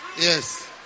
Yes